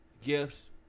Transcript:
gifts